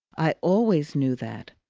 i always knew that.